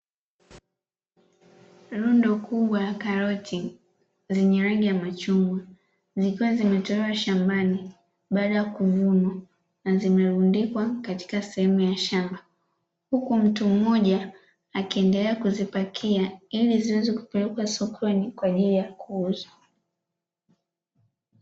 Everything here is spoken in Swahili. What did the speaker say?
Lundo kubwa la karoti lenye rangi ya machngwa zikiwa zimetolewa shambani baada ya kuvunwa, na zimelundikwa katika sehemu ya shamba, huku mtu mmoja akiendelea kuzipakia ili ziweze kupelekwa sokoni kwaajili ya kuuzwa.